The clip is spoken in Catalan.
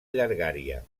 llargària